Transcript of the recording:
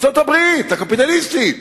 ארצות-הברית הקפיטליסטית